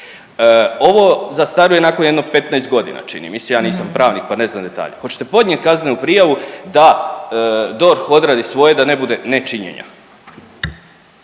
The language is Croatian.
Ovo zastaruje nakon jedno 15.g. čini mi se, ja nisam pravnik, pa ne znam detalje, hoćete podnijet kaznenu prijavu da DORH odradi svoje da ne bude nečinjenja?